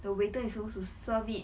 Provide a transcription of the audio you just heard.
the waiter is supposed to serve it